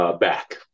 back